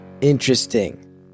interesting